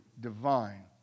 divine